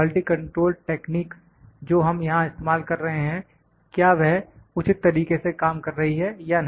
quality control techniques जो हम यहां इस्तेमाल कर रहे हैं क्या वह उचित तरीके से काम कर रही हैं या नहीं